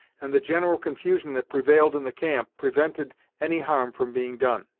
and the general confusion that prevailed in the camp prevented any harm from being done.